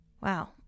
wow